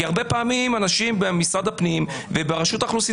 כי הרבה פעמים אנשים במשרד הפנים וברשות האוכלוסין